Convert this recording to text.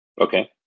Okay